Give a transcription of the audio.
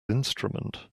instrument